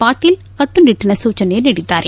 ಪಾಟೀಲ ಕಟ್ಟುನಿಟ್ಟನ ಸೂಚನೆ ನೀಡಿದ್ದಾರೆ